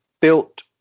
built